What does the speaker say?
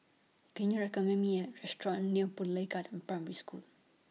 Can YOU recommend Me A Restaurant near Boon Lay Garden Primary School